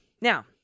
Now